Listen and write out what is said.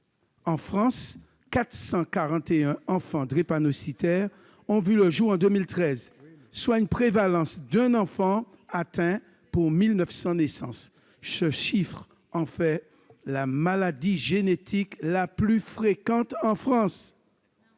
En France, 441 enfants drépanocytaires ont vu le jour en 2013, soit une prévalence d'un enfant atteint pour 1 900 naissances. Cela en fait la maladie génétique la plus fréquente en France.